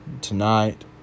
tonight